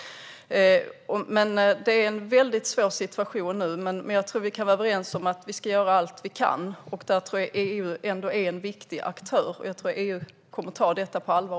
Det är en svår situation nu, men jag tror att vi kan vara överens om att vi ska göra allt vi kan. EU är en viktig aktör, och jag tror att EU också kommer att ta detta på allvar.